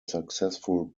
successful